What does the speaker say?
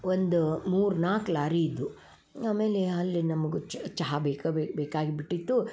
ಒಂದು ಮೂರು ನಾಲ್ಕು ಲಾರಿ ಇದ್ದು ಆಮೇಲೆ ಅಲ್ಲಿ ನಮಗೆ ಚಹಾ ಬೇಕ ಬೇಕಾಗಿಬಿಟ್ಟಿತ್ತು